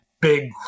big